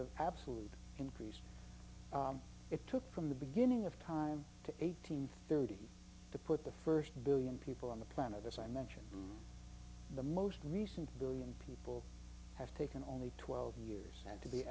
of absolute increase it took from the beginning of time to eight hundred thirty to put the first billion people on the planet as i mentioned the most recent billion people have taken only twelve years and to be